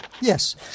Yes